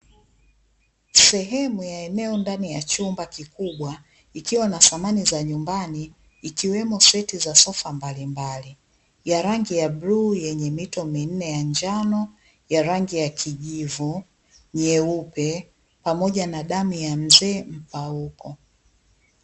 Sehemu ya eneo ndani ya chumba kikubwa ikiwa na samani za nyumbani ikiwemo seti za sofa mbalimbali, ya rangi ya bluu yenye mito minne ya njano, ya rangi ya kijivu, nyeupe pamoja na damu ya mzee mpauko.